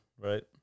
right